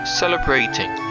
celebrating